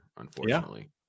unfortunately